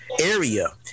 area